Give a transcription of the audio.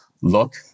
look